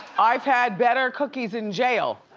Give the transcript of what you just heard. i've had better cookies in jail.